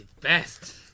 best